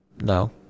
No